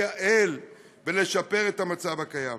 לייעל ולשפר את המצב הקיים.